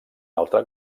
altre